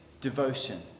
devotion